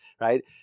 right